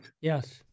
Yes